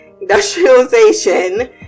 industrialization